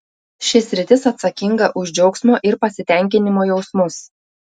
ši sritis atsakinga už džiaugsmo ir pasitenkinimo jausmus